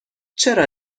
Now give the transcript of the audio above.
چرا